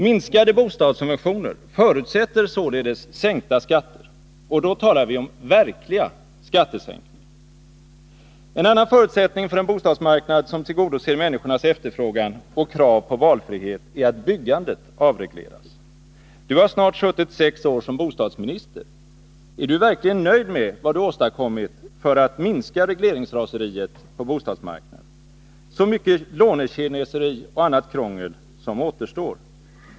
Minskade bostadssubventioner förutsätter således sänkta skatter. Och då talar jag om verkliga skattesänkningar ——-—. En annan förutsättning för en bostadsmarknad som tillgodoser människornas efterfrågan och krav på valfrihet är att byggandet avregleras. Du har snart suttit 6 år som bostadsminister. Är Du verkligen nöjd med vad Du åstadkommit för att minska regleringsraseriet på bostadsmarknaden? Så mycket lånekineseri och annat krångel som återstår.